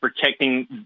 protecting